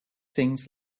things